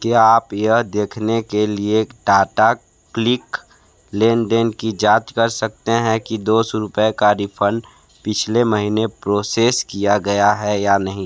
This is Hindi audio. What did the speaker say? क्या आप यह देखने के लिए टाटा क्लिक लेन देन की जाँच कर सकते हैं कि दो सौ रुपए का रिफ़ंड पिछले महीने प्रोसेस किया गया है या नहीं